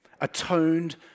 atoned